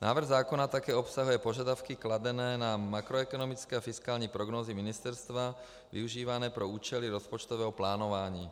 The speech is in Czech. Návrh zákona také obsahuje požadavky kladené na makroekonomické a fiskální prognózy ministerstva využívané pro účely rozpočtového plánování.